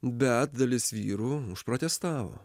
bet dalis vyrų užprotestavo